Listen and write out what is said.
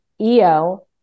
EO